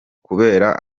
kubera